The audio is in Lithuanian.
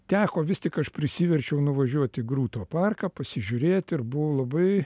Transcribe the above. teko vis tik aš prisiverčiau nuvažiuot į grūto parką pasižiūrėt ir buvau labai